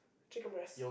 chicken breast